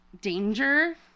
danger